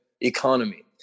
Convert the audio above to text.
economy